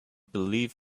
believe